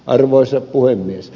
arvoisa puhemies